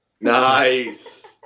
Nice